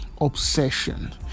obsession